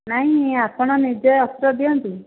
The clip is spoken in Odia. ନାଇଁ ଆପଣ ନିଜେ ଅସ୍ତ୍ର ଦିଅନ୍ତୁ